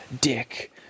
dick